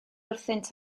wrthynt